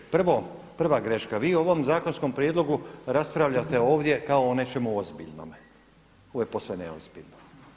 Prvo, prva greška, vi o ovom zakonskom prijedlogu raspravljate ovdje kao o nečemu ozbiljnome, ovo je posve neozbiljno.